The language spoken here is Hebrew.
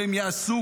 והם יעשו,